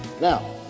Now